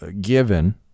given